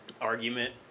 argument